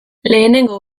lehenengo